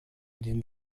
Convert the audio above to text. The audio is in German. den